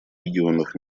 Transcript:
регионах